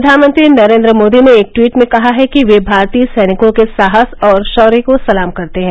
प्रधानमंत्री नरेन्द्र मोदी ने एक टवीट में कहा है कि वे भारतीय सैनिकों के साहस और शौर्य को सलाम करते हैं